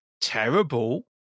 terrible